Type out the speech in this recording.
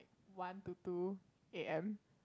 one to two A_M